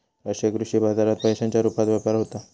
राष्ट्रीय कृषी बाजारात पैशांच्या रुपात व्यापार होता